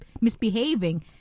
misbehaving